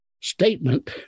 statement